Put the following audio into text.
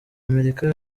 amerika